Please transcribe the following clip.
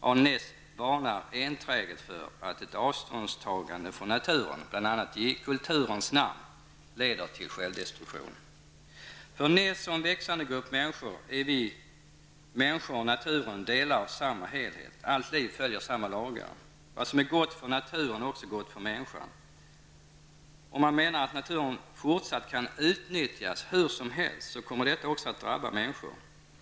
Arne Naess varnar enträget för att ett avståndstagande från naturen, bl.a. i ''kulturens'' namn leder till självdestruktion. För Naess och en växande grupp människor är vi människor och naturen delar av samma helhet. Allt liv följer samma lagar. Vad som är gott för naturen är också gott för människan. Om man menar att naturen fortsatt kan utnyttjas hur som helst, så kommer detta också att drabba människor.